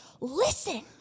Listen